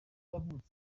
yavutse